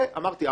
וכפי שאמרתי,